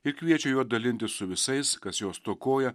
ir kviečia juo dalintis su visais kas jo stokoja